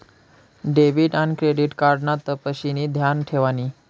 debit आन credit card ना तपशिनी ध्यान ठेवानी